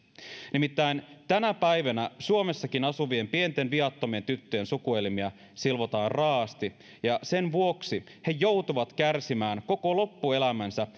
nimittäin tänä päivänä suomessakin asuvien pienten viattomien tyttöjen sukuelimiä silvotaan raaasti ja sen vuoksi he joutuvat kärsimään koko loppuelämänsä